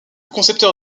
concepteur